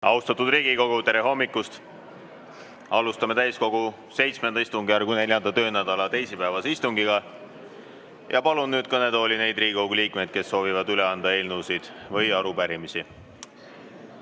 Austatud Riigikogu, tere hommikust! Alustame täiskogu VII istungjärgu 4. töönädala teisipäevast istungit. Palun nüüd kõnetooli neid Riigikogu liikmeid, kes soovivad üle anda eelnõusid või arupärimisi.